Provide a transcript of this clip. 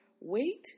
Wait